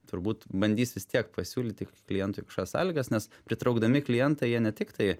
turbūt bandys vis tiek pasiūlyti klientui kažkokias sąlygas nes pritraukdami klientai jie ne tik tai